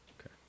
Okay